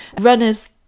Runner's